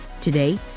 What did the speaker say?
Today